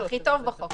הכי טוב בחוק.